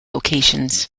locations